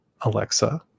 Alexa